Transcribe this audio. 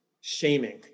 shaming